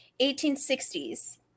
1860s